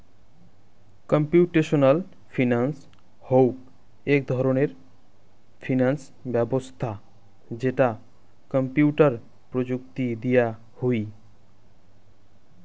computational finance হউক এক ধরণের ফিনান্স ব্যবছস্থা যেটা কম্পিউটার প্রযুক্তি দিয়া হুই